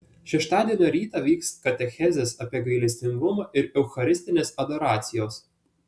šeštadienio rytą vyks katechezės apie gailestingumą ir eucharistinės adoracijos